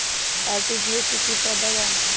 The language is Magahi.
आर.टी.जी.एस से की की फायदा बा?